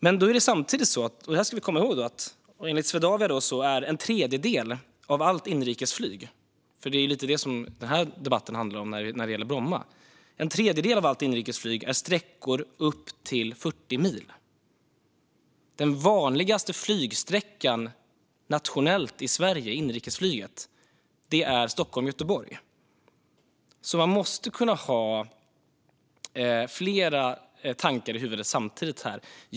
Men samtidigt ska man komma ihåg att en tredjedel av allt inrikesflyg, som den här debatten ju handlar om när det gäller Bromma, enligt Swedavia är sträckor på upp till 40 mil. Den vanligaste flygsträckan nationellt i Sverige, inrikesflyget, är Stockholm-Göteborg. Man måste alltså kunna ha flera tankar i huvudet samtidigt här.